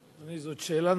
השוטרים.